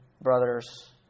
brothers